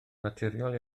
naturiol